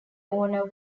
owner